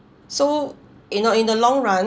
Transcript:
so you know in the long run